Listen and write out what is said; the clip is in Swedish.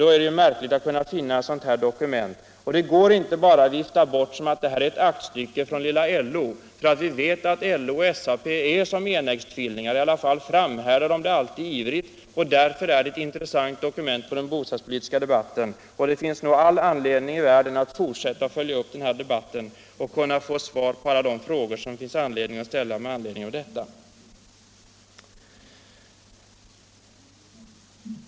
Då är det märkligt att finna ett sådant här dokument. Det går inte att bara vifta bort det och säga att det är ett aktstycke från lilla LO, för vi vet ju att LO och SAP är som enäggstvillingar. I varje fall framhåller de alltid ivrigt att det är så. Därför är LO:s uttalande ett intressant dokument för den bostadspolitiska debatten. Det finns all anledning att följa upp den här debatten och få svar på alla de frågor som kan ställas med anledning av detta aktstycke.